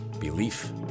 Belief